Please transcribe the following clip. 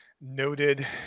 noted